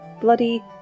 bloody